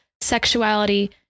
sexuality